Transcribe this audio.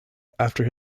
after